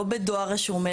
שזה לא יהיה בדואר רשום,